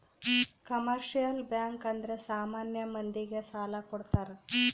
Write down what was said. commercial bank ಅಂದ್ರೆ ಸಾಮಾನ್ಯ ಮಂದಿ ಗೆ ಸಾಲ ಕೊಡ್ತಾರ